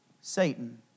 Satan